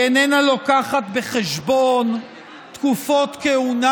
היא איננה מביאה בחשבון תקופות כהונה